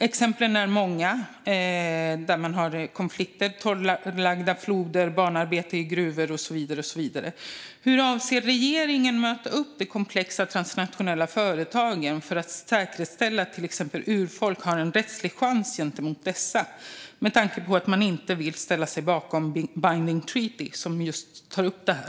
Exemplen där man har konflikter är många, som torrlagda floder, barnarbete i gruvor och så vidare. Hur avser regeringen att möta upp de komplexa transnationella företagen för att säkerställa att till exempel urfolk har en rättslig chans gentemot dessa, med tanke på att man inte vill ställa sig bakom Binding Treaty, som just tar upp det här?